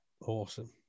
Awesome